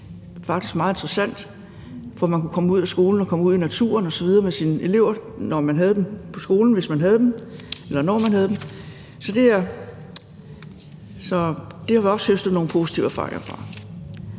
jo faktisk meget interessant, for man kunne komme ud af skolen og komme ud i naturen osv. med sine elever, hvis man havde dem på skolen, så det har vi også høstet nogle positive erfaringer fra.